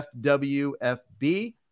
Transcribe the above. FWFB